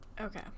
okay